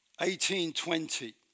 1820